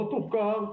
לא תוחקר,